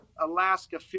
Alaska